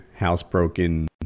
housebroken